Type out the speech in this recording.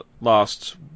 last